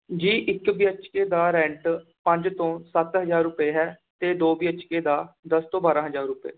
ਜੀ ਇਕ B H K ਦਾ ਰੈਂਟ ਪੰਜ ਤੋਂ ਸੱਤ ਹਜ਼ਾਰ ਰੁਪਏ ਹੈ ਅਤੇ ਦੋ ਬੀ ਐੱਚ ਕੇ ਦਾ ਦਸ ਤੋਂ ਬਾਰ੍ਹਾਂ ਹਜ਼ਾਰ ਰੁਪਏ